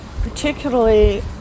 particularly